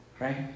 right